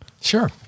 Sure